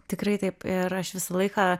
tikrai taip ir aš visą laiką